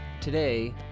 today